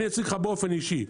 אני אציג לך באופן אישי.